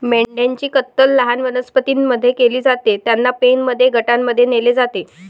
मेंढ्यांची कत्तल लहान वनस्पतीं मध्ये केली जाते, त्यांना पेनमध्ये गटांमध्ये नेले जाते